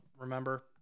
remember